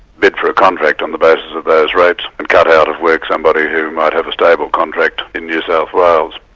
bid for a contract on the basis of those rates, and cut out of work somebody who might have a stable contract in new south wales.